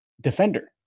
defender